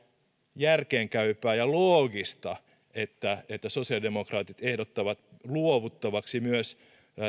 järkeenkäypää ja loogista että että sosiaalidemokraatit ehdottavat luovuttavaksi myös